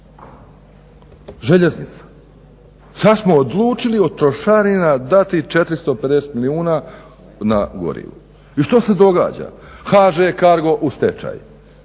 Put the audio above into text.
Željeznica, sada smo odlučili od trošarina dati 450 milijuna na gorivo. I što se događa? HŽ Cargo u stečaju,